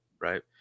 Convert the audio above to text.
right